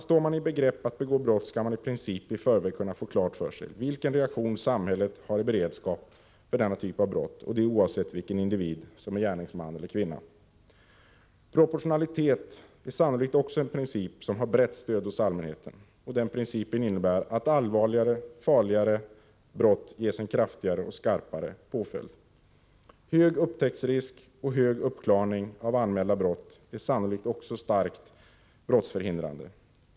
Står man i begrepp att begå brott, skall man i princip i förväg kunna få klart för sig vilken reaktion samhället har i beredskap för denna typ av brott, och detta oavsett vilken individ som är gärningsman eller kvinna. Proportionalitet är sannolikt också en princip som har brett stöd hos allmänheten. Den principen innebär att allvarligare, farligare brott ges en kraftigare, skarpare påföljd. Hög upptäcktsrisk och hög uppklarning av anmälda brott är sannolikt starkt brottsförhindrande.